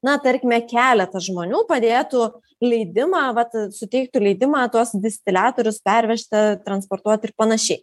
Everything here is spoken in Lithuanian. na tarkime keletas žmonių padėtų leidimą vat suteiktų leidimą tuos distiliatorius pervežti transportuot ir panašiai